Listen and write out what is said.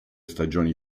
stagioni